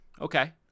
Okay